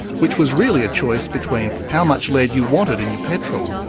which was really a choice between how much lead you wanted in your petrol.